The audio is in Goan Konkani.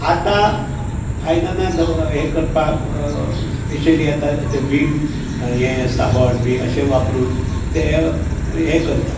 आतां आयदानां ध हें करपाक स्पेशली आतां ते व्हीम हे साबण बी अशे वापरून ते हें करतात